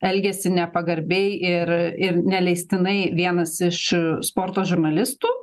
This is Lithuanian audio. elgiasi nepagarbiai ir ir neleistinai vienas iš sporto žurnalistų